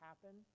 happen